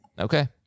Okay